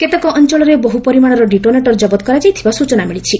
କେତେକ ଅଞ୍ଚଳରେ ବହୁ ପରିମାଣର ଡିଟୋନେଟର୍ କବତ କରାଯାଇଥିବା ସ୍ନଚନା ମିଳିଛି